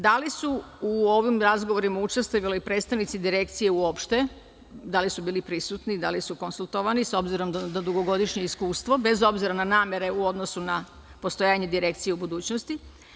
Da li su u ovim razgovorima učestvovali i predstavnici Direkcije uopšte, da li su bili prisutni, da li su konsultovani s obzirom na dugogodišnje iskustvo bez obzira na namere u odnosu na postojanje Direkcije u budućnosti?